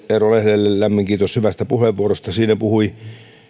eero lehdelle lämmin kiitos hyvästä puheenvuorosta siinä puhui